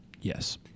Yes